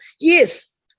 Yes